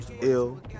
Ill